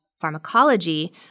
pharmacology